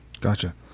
Gotcha